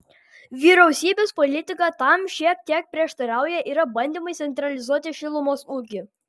vyriausybės politika tam šiek tiek prieštarauja yra bandymai centralizuoti šilumos ūkį